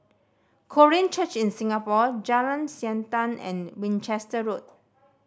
Korean Church in Singapore Jalan Siantan and Winchester Road